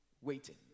waiting